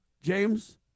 James